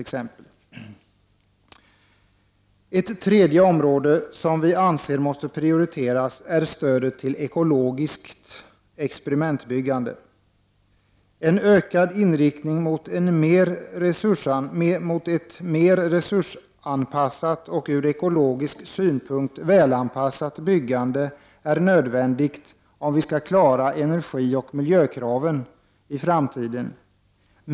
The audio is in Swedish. Ett tredje område som vi anser måste prioriteras är stödet till ekologiskt experimentbyggande. En inriktning mot ett mer resursanpassat och ur ekologisk synpunkt välanpassat byggande är nödvändigt, om vi skall klara energioch miljökraven i framtiden.